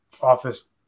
Office